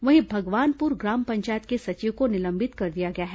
वहीं भगवानपुर ग्राम पंचायत के सचिव को निलंबित कर दिया गया है